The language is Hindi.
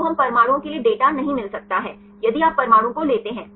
तो हम परमाणुओं के लिए डेटा नहीं मिल सकता हैं यदि आप परमाणु को लेते हैं